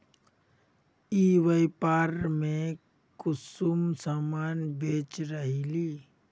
ई व्यापार में कुंसम सामान बेच रहली?